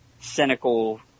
cynical